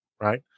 Right